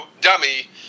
dummy